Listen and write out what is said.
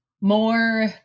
more